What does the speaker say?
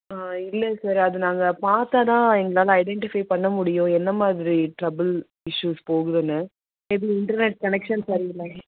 ஆ இல்லை சார் அது நாங்கள் பார்த்தா தான் எங்களால் ஐடென்டிஃபை பண்ண முடியும் என்னமாதிரி ட்ரபுள் இஸ்யூஸ் போகுதுனு மேபி இன்டர்நெட் கனெக்ஷன் சரி இல்லைனா